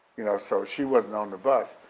you know, so she wasn't on the bus.